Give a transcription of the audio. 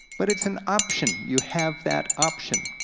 but it's an option. you have that option.